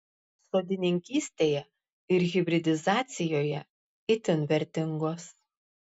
sodininkystėje ir hibridizacijoje itin vertingos